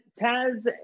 Taz